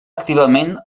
activament